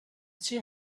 she